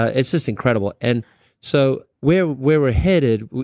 ah it's just incredible and so where where we're headed,